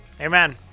Amen